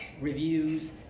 reviews